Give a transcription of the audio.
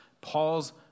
Paul's